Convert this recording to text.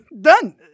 done